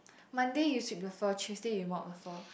Monday you sweep the floor Tuesday you mop the floor